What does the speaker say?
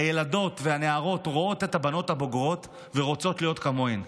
הילדות והנערות רואות את הבנות הבוגרות ורוצות להיות כמוהן.